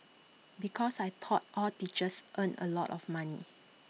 because I thought all teachers earned A lot of money